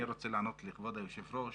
אני רוצה לענות לכבוד היושב-ראש